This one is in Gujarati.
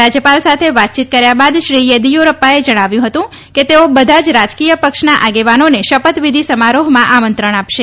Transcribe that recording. રાજ્યપાલ સાથે વાતયીત કર્યા બાદ શ્રી યેદ્દીયુરપ્પાએ જણાવ્યું હતું કે તેઓ બધા જ રાજકીય પક્ષના આગેવાનોને શપથ વિધિ સમારોહમાં આમંત્રણ આપશે